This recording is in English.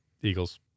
Eagles